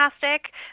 fantastic